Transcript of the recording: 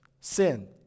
Sin